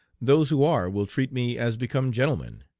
those who are will treat me as become gentlemen,